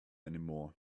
anymore